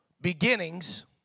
beginnings